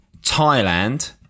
Thailand